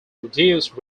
reduce